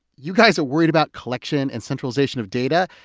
you guys are worried about collection and centralization of data?